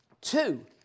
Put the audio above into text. two